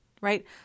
right